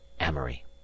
amory